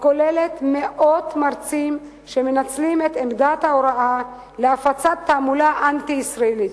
הכוללת מאות מרצים שמנצלים את עמדת ההוראה להפצת תעמולה אנטי-ישראלית.